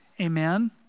Amen